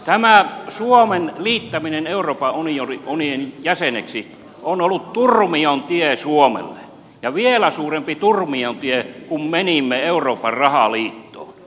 tämä suomen liittäminen euroopan unionin jäseneksi on ollut turmion tie suomelle ja vielä suurempi turmion tie kun menimme euroopan rahaliittoon